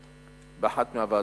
ביחד.